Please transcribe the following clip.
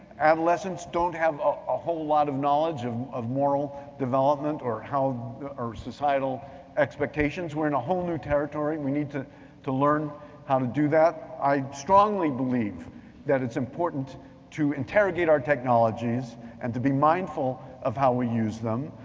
adolescents don't have a whole lot of knowledge of of moral development or how our societal expectations. we're in a whole new territory. we need to to learn how to do that. i strongly believe that it's important to interrogate our technologies and to be mindful of how we use them,